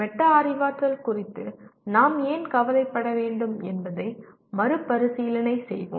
meta அறிவாற்றல் குறித்து நாம் ஏன் கவலைப்பட வேண்டும் என்பதை மறுபரிசீலனை செய்வோம்